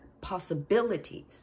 possibilities